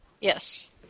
Yes